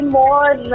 more